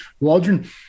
Waldron